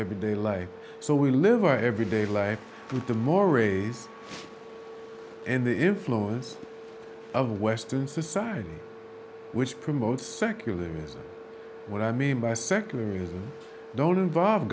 everyday life so we live our everyday life with the mores and the influence of western society which promotes secularism what i mean by secular is don't involve